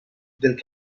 del